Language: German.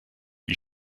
wie